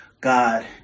God